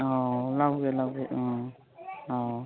ꯑꯧ ꯂꯧꯒꯦ ꯂꯧꯒꯦ ꯑꯧ ꯑꯧ